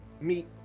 meet